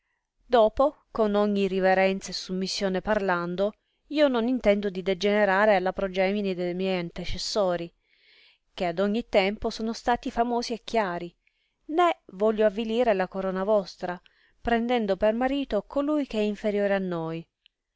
dopo con ogni riverenza e summissione parlando io non intendo di degenerare alla progenie de miei antecessori che ad ogni tempo sono stati famosi e chiari né voglio avilire la corona vostra prendendo per marito colui che è inferiore a noi